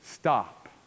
Stop